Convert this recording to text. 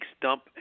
dump